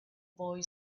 boy